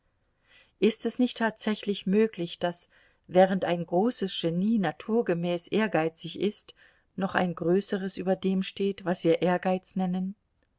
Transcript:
ist es nicht tatsächlich möglich daß während ein großes genie naturgemäß ehrgeizig ist noch ein größeres über dem steht was wir ehrgeiz nennen